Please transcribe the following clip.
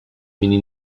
mini